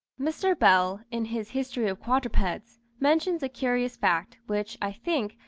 mr. bell, in his history of quadrupeds, mentions a curious fact, which, i think,